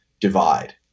divide